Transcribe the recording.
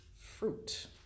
fruit